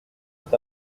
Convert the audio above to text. est